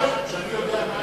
שאני יודע מה היא.